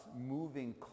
moving